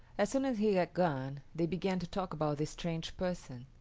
as soon as he had gone they began to talk about this strange person.